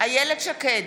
איילת שקד,